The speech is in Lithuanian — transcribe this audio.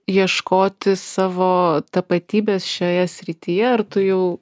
ieškoti savo tapatybės šioje srityje ar tu jau